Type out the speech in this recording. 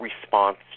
response